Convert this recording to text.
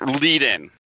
lead-in